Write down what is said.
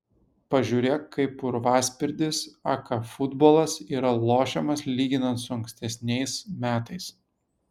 pažiūrėk kaip purvaspirdis aka futbolas yra lošiamas lyginant su ankstesniais metais